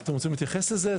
אתם רוצים להתייחס לזה?